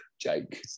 Jake